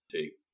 take